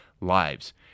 lives